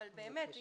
אבל יש